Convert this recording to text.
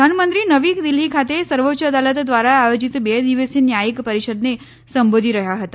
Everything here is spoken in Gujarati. પ્રધાનમંત્રી નવી દિલ્હી ખાતે સર્વોચ્ય અદાલત ધ્વારા આયોજિત બે દિવસીય ન્યાયિક પરીષદને સંબોધી રહયાં હતા